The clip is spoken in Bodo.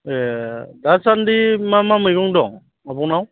ए दासान्दि मा मा मैगं दं आब'नाव